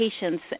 patients